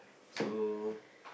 so